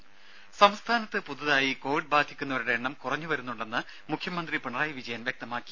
രും സംസ്ഥാനത്ത് പുതുതായി കോവിഡ് ബാധിക്കുന്നവരുടെ എണ്ണം കുറഞ്ഞു വരുന്നുണ്ടെന്ന് മുഖ്യമന്ത്രി പിണറായി വിജയൻ വ്യക്തമാക്കി